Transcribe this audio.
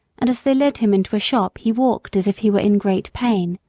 and as they led him into a shop he walked as if he were in great pain.